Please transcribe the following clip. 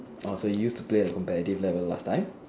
orh so you used to play at a competitive level last time